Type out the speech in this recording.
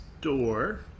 door